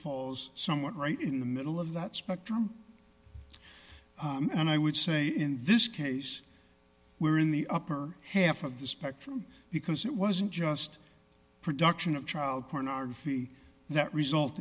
falls somewhat right in the middle of that spectrum and i would say in this case we're in the upper half of the spectrum because it wasn't just a production of child pornography that result